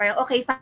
okay